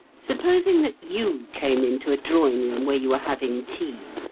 supposing that you came into a drawing-room where you were having tea,